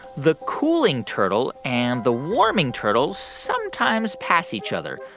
the cooling turtle and the warming turtle sometimes pass each other.